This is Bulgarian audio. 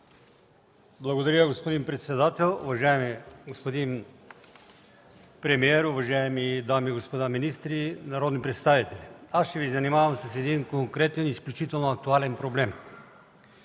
Благодаря Ви, господин председател. Уважаеми господин премиер, уважаеми дами и господа министри, народни представители! Ще Ви занимавам с един конкретен и изключително актуален проблем.